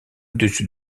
dessus